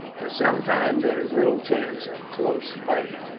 for some time there is little chance of close fighting.